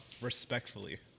respectfully